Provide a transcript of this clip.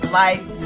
life